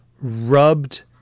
rubbed